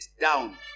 down